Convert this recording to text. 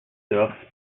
doves